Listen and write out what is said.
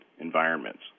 environments